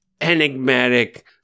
enigmatic